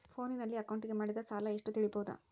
ಫೋನಿನಲ್ಲಿ ಅಕೌಂಟಿಗೆ ಮಾಡಿದ ಸಾಲ ಎಷ್ಟು ತಿಳೇಬೋದ?